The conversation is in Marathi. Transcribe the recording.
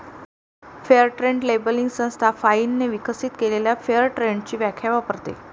फेअर ट्रेड लेबलिंग संस्था फाइनने विकसित केलेली फेअर ट्रेडची व्याख्या वापरते